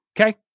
okay